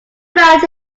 about